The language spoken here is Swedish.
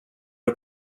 det